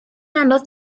anodd